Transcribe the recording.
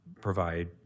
provide